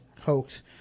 hoax